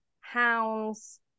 hounds